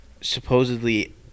Supposedly